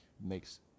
makes